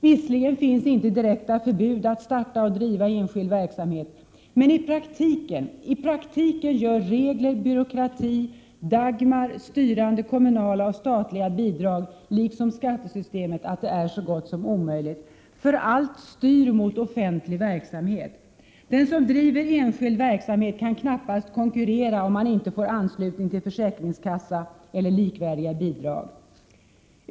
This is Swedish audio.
Visserligen finns inte direkta förbud att starta och driva enskild verksamhet, meni praktiken gör regler, byråkrati, Dagmar, styrande kommunala och statliga bidrag liksom skattesystemet att det är så gott som omöjligt. Allt styr nämligen mot offentlig verksamhet. Den som driver enskild verksamhet kan knappast konkurrera, om man inte får anslutning till försäkringskassa eller likvärdiga bidrag.